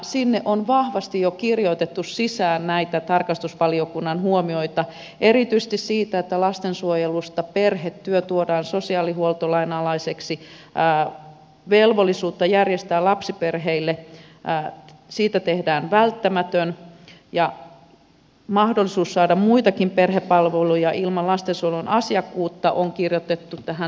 sinne on vahvasti jo kirjoitettu sisään näitä tarkastusvaliokunnan huomioita erityisesti siitä että lastensuojelusta perhetyö tuodaan sosiaalihuoltolain alaiseksi velvollisuudesta järjestää lapsiperheille palveluja tehdään välttämätön ja mahdollisuus saada muitakin perhepalveluja ilman lastensuojelun asiakkuutta on kirjoitettu tähän sosiaalihuollon lainsäädäntöön